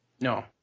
No